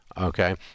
Okay